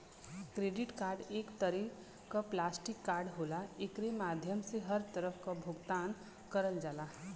credit card एक तरे क प्लास्टिक कार्ड होला एकरे माध्यम से हर तरह क भुगतान करल जाला